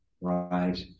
right